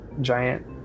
giant